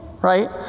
right